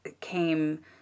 came